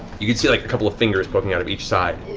you can see a couple of fingers poking out of each side.